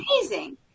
amazing